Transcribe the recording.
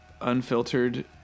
unfiltered